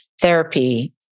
therapy